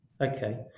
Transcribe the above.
Okay